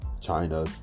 China